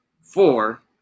four